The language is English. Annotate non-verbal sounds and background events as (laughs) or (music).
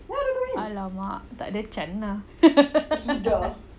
!alamak! takde chance lah (laughs)